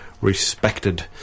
respected